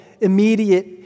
immediate